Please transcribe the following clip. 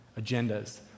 agendas